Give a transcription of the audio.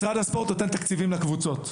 משרד הספורט נותן תקציבים לקבוצות.